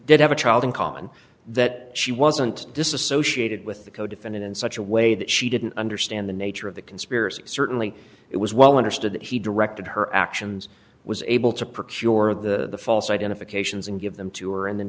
did have a child in common that she wasn't disassociated with the codefendant in such a way that she didn't understand the nature of the conspiracy certainly it was well understood that he directed her actions was able to procure the false identifications and give them to her and the